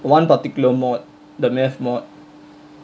one particular mod the math mod